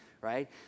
right